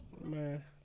man